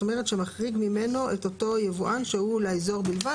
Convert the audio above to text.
אומרת שמחריג ממנו את אותו יבואן שהוא לאזור בלבד.